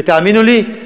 ותאמינו לי,